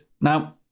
Now